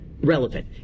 relevant